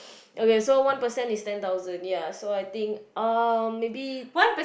okay so one percent is ten thousand ya so I think um maybe